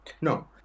No